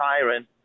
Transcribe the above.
tyrant